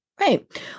Right